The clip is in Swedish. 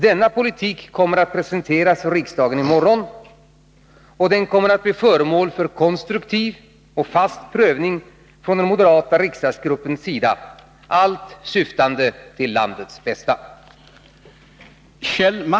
Denna politik kommer att presenteras för riksdagen i morgon, och den kommer att bli föremål för konstruktiv och fast prövning från den moderata riksdagsgruppens sida, allt syftande till landets bästa.